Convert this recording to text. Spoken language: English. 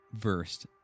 versed